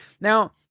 Now